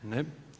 Ne.